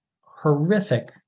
horrific